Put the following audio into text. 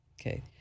okay